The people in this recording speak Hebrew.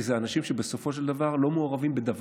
כי זה אנשים שבסופו של דבר לא מעורבים בדבר,